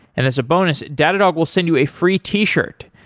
and as a bonus, datadog will send you a free t-shirt.